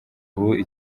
ubu